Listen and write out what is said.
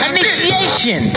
Initiation